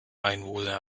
einwohner